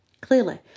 Clearly